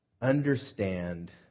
understand